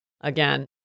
again